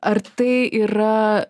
ar tai yra